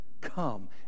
come